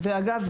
אגב,